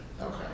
Okay